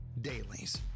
Dailies